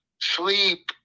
Sleep